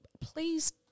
please